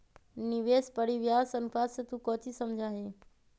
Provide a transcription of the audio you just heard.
निवेश परिव्यास अनुपात से तू कौची समझा हीं?